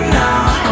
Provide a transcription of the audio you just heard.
now